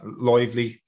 lively